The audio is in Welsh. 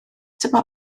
dyma